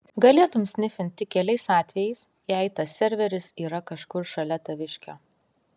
galėtum snifint tik keliais atvejais jei tas serveris yra kažkur šalia taviškio